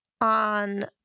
on